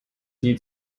die